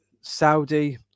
Saudi